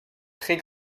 très